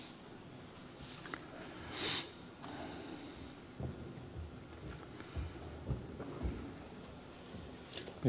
arvoisa puhemies